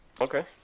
Okay